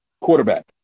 quarterback